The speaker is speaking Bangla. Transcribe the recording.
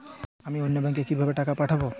আমি অন্য ব্যাংকে কিভাবে টাকা পাঠাব?